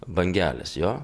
bangelės jo